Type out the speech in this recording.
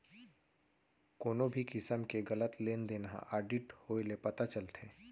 कोनो भी किसम के गलत लेन देन ह आडिट होए ले पता चलथे